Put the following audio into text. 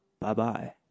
Bye-bye